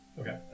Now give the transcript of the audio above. Okay